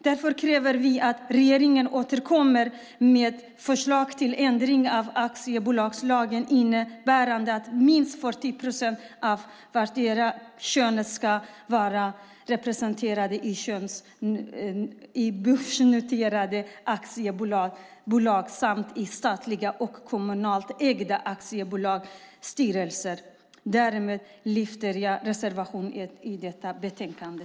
Vi kräver att regeringen återkommer med förslag till ändring av aktiebolagslagen innebärande att minst 40 procent av vartdera könet ska vara representerat i börsnoterade aktiebolags samt statligt och kommunalt ägda aktiebolags styrelser. Därmed yrkar jag bifall till reservation 1 i detta betänkande.